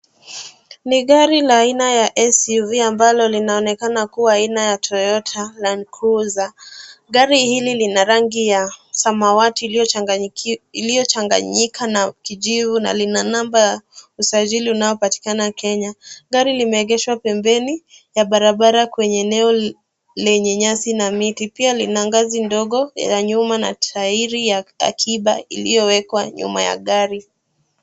Ni gari la aina ya SUV ambalo linaonekana kuwa aina ya Toyota Landcruiser. Gari hili lina rangi ya samawati iliyochanganyika na kijivu na lina namba ya usajili unaopatiakana Kenya. Gari limeegeshwa pembeni ya barabara kwenye eneo lenye nyasi na miti. Pia lina ngazi ndogo ya nyuma na traili ya akiba iliyowekwa nyuma ya gari.